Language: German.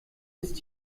ist